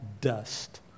dust